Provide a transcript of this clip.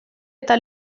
eta